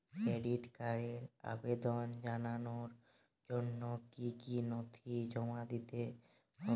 Credit কার্ডের আবেদন জানানোর জন্য কী কী নথি জমা দিতে হবে?